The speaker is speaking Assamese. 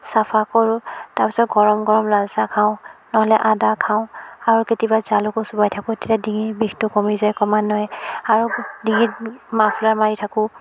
চাফা কৰোঁ তাৰ পাছত গৰম গৰম লাল চাহ খাওঁ নহ'লে আদা খাওঁ আৰু কেতিয়াবা জালুকো চোবাই থাকোঁ তেতিয়া ডিঙিৰ বিষটো কমি যায় ক্ৰমান্বয়ে আৰু ডিঙিত মাফলাৰ মাৰি থাকোঁ